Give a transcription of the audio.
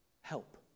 help